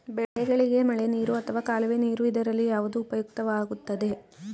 ಬೆಳೆಗಳಿಗೆ ಮಳೆನೀರು ಅಥವಾ ಕಾಲುವೆ ನೀರು ಇದರಲ್ಲಿ ಯಾವುದು ಉಪಯುಕ್ತವಾಗುತ್ತದೆ?